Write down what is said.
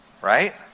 Right